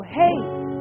hate